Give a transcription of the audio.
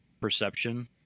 perception